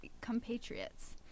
compatriots